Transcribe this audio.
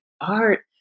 Art